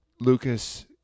Lucas